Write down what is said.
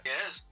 Yes